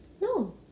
no